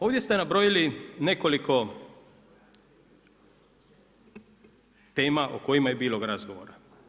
Ovdje ste nabrojili nekoliko tema o kojima je bilo razgovora.